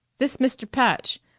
this mr. patch.